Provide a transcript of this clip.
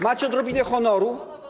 Macie odrobinę honoru?